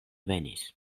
venis